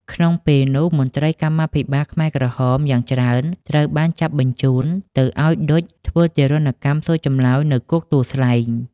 ក្នុងពេលនោះ មន្រ្តីកម្មាភិបាលខ្មែរក្រហមយ៉ាងច្រើនត្រូវបានចាប់បញ្ជូនទៅឱ្យ ឌុច ធ្វើទារុណកម្មសួរចម្លើយនៅគុកទួលស្លែង។